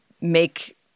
make